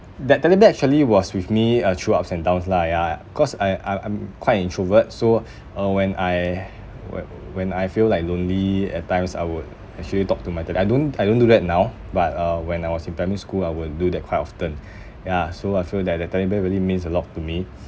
that teddy bear actually was with me uh through ups and downs lah ya cause I~ I~ I'm quite a introvert so uh when I whe~ when I feel like lonely at times I would actually talk to my teddy I don't I don't do that now but uh when I was in primary school I will do that quite often ya so I feel that the teddy bear really means a lot to me